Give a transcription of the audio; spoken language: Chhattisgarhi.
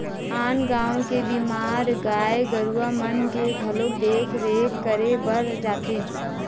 आन गाँव के बीमार गाय गरुवा मन के घलोक देख रेख करे बर जाथे